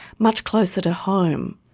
much closer to home.